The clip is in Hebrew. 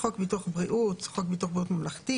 "חוק ביטוח בריאות" חוק ביטוח בריאות ממלכת,